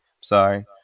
Sorry